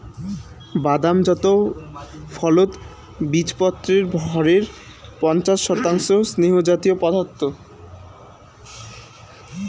বাদাম জাত ফলত বীচপত্রর ভরের পঞ্চাশ শতাংশ স্নেহজাতীয় পদার্থ